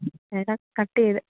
എടാ കട്ട് ചെയ്തേ